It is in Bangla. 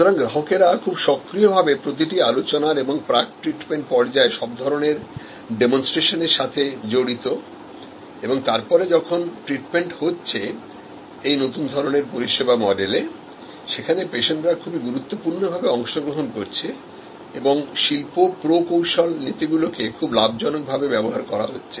সুতরাং গ্রাহকেরা খুব সক্রিয়ভাবে প্রতিটি আলোচনার এবং প্রাক ট্রিটমেন্ট পর্যায়ে সব ধরনের ডেমনস্ট্রেশন এর সাথে জড়িতএবং তারপরে যখন ট্রিটমেন্ট হচ্ছে এই নতুন ধরনের পরিষেবা মডেলে সেখানে পেশেন্টরা খুবই গুরুত্বপূর্ণ ভাবে অংশগ্রহণ করছে এবং শিল্প প্রকৌশল নীতিগুলোকে খুব লাভজনক ভাবে ব্যবহার করা হচ্ছে